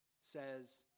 says